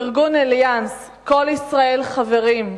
ארגון "אליאנס, כל ישראל חברים",